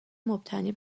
مبتنی